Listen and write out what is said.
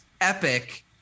Epic